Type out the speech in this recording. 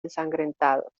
ensangrentados